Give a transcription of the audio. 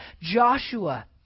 Joshua